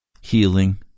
healing